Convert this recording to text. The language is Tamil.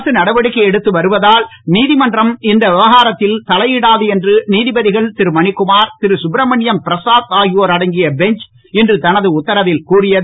அரசு நடவடிக்கை எடுத்து வருவதால் நீதிமன்றம் இந்த விவகாரத்தில் தலையிடாது என்று நீதிபதிகள் திரு மணிகுமார் திரு சுப்ரமணியம் பிரசாத் ஆகியோர் அடங்கிய பெஞ்ச் இன்று தனது உத்தரவில் கூறியது